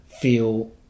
feel